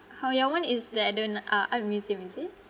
how your one is that I don't uh art museum is it